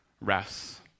rests